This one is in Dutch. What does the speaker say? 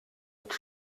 het